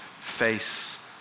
face